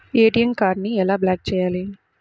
ATM కార్డుని ఎలా block చేయాలి?